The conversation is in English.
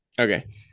Okay